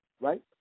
right